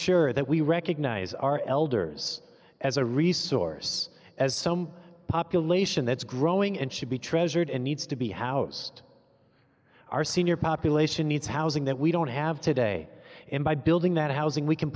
sure that we recognize our elders as a resource as some population that's growing and should be treasured and needs to be housed our senior population needs housing that we don't have today and by building that housing we can